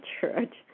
church